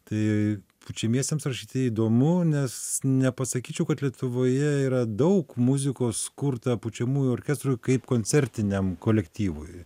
tai pučiamiesiems rašyti įdomu nes nepasakyčiau kad lietuvoje yra daug muzikos kurta pučiamųjų orkestrui kaip koncertiniam kolektyvui